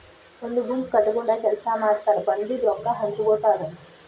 ಒಂದ ಗುಂಪ ಕಟಗೊಂಡ ಕೆಲಸಾ ಮಾಡತಾರ ಬಂದಿದ ರೊಕ್ಕಾ ಹಂಚಗೊತಾರ